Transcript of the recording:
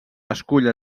escull